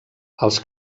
els